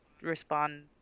respond